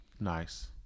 Nice